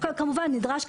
נדרש,